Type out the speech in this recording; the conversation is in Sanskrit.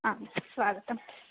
आम् स्वागतम्